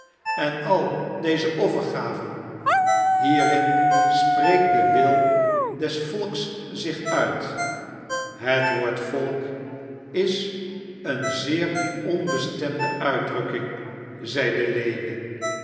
en al deze offergaven hierin spreekt de wil des volks zich uit het woord volk is een zeer onbestemde uitdrukking zeide lewin